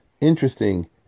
interesting